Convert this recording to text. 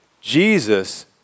Jesus